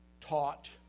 taught